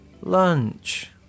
lunch